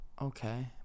okay